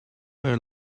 were